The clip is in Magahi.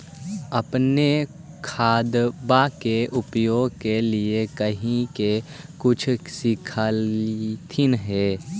अपने खादबा के उपयोग के लीये कही से कुछ सिखलखिन हाँ?